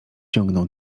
ciągnął